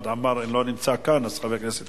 חמד עמאר לא נמצא כאן, אז חבר הכנסת